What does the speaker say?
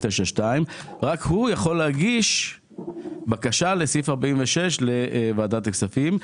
9(2) יכול להגיש בקשה לאישור לעניין סעיף 46 לוועדת הכספים.